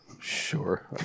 Sure